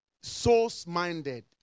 source-minded